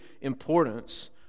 importance